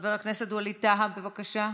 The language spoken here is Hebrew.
חבר הכנסת ווליד טאהא, בבקשה.